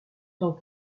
tant